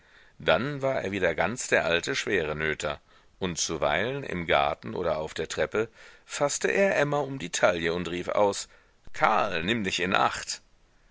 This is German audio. dann war er wieder ganz der alte schwerenöter und zuweilen im garten oder auf der treppe faßte er emma um die taille und rief aus karl nimm dich in acht